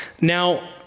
Now